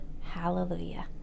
Hallelujah